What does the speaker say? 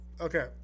Okay